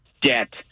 debt